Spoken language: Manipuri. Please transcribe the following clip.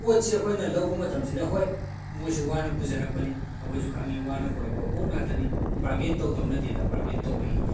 ꯄꯣꯠꯁꯦ ꯑꯩꯈꯣꯏꯅ ꯂꯧꯕ ꯃꯇꯝꯁꯤꯗ ꯍꯣꯏ ꯃꯣꯏꯁꯨ ꯋꯥꯅ ꯄꯨꯖꯔꯛꯄꯅꯤ ꯑꯩꯈꯣꯏꯁꯨ ꯈꯪꯉꯤ ꯋꯥꯅ ꯄꯨꯔꯛꯄ ꯄꯣꯠ ꯉꯥꯛꯇꯅꯤ ꯕꯥꯔꯒꯦꯟ ꯇꯧꯗꯕ ꯅꯠꯇꯦꯗ ꯕꯥꯔꯒꯦꯟ ꯇꯧꯋꯤ